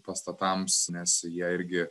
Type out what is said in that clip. pastatams nes jie irgi